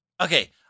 okay